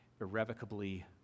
irrevocably